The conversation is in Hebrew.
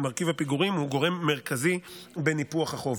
מרכיב הפיגורים הוא גורם מרכזי בניפוח החוב.